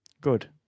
Good